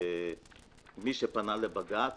מי שפנה לבג"ץ,